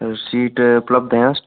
तो सीट उपलब्ध है उस